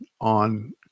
on